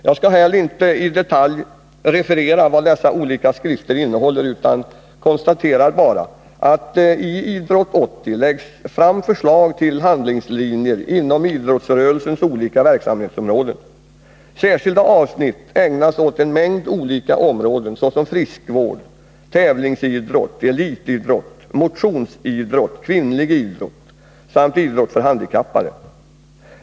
Jag skall inte här i detalj referera vad dessa olika skrifter innehåller utan konstaterar bara att det i Idrott 80 läggs fram förslag till handlingslinjer inom idrottsrörelsens olika verksamhetsområden. Särskilda avsnitt ägnas åt en mängd olika områden, såsom friskvård, tävlingsidrott, elitidrott, motionsidrott, kvinnlig idrott samt idrott för handikappade.